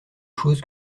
choses